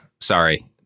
sorry